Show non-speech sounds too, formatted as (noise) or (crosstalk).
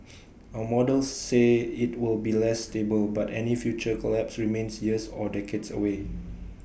(noise) our models say IT will be less stable but any future collapse remains years or decades away